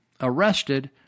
arrested